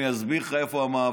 אני אסביר לך איפה המאבק.